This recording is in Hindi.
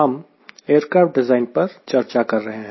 हम एयरक्राफ़्ट डिज़ाइन पर चर्चा कर रहे हैं